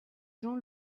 jean